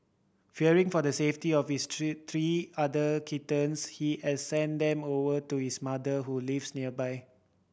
fearing for the safety of his three three other kittens he has sent them over to his mother who lives nearby